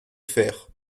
faire